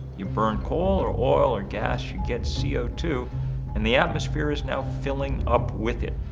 you burn coal or oil or gas, you get c o two and the atmosphere is now filling up with it.